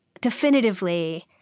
definitively